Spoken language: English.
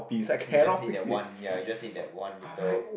so you just need that one ya you just need that one little